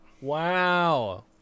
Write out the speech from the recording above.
Wow